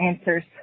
answers